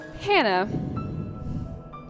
Hannah